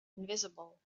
invisible